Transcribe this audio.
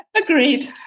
Agreed